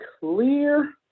clear